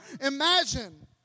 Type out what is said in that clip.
imagine